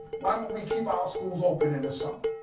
why don't we keep our schools open in the summer?